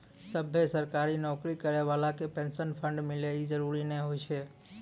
सभ्भे सरकारी नौकरी करै बाला के पेंशन फंड मिले इ जरुरी नै होय छै